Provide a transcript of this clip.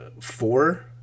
four